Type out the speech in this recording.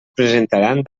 presentaran